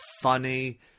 funny